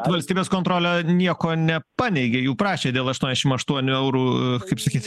valstybės kontrolė nieko nepaneigė jų prašė dėl aštuoniašim aštuonių eurų kaip sakyt